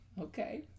Okay